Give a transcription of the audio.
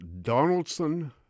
Donaldson